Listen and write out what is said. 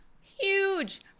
huge